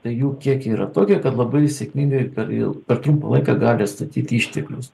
tai jų kiekiai yra tokie kad labai sėkmingai ir per trumpą laiką gali atstatyti išteklius